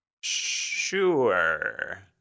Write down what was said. Sure